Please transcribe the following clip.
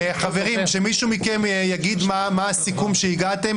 חברים, שמישהו מכם יגיד מה הסיכום שאליו הגעתם.